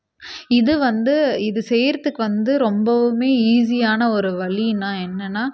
இது வந்து இது செய்கிறதுக்கு வந்து ரொம்பவுமே ஈஸியான ஒரு வழினால் என்னென்னால்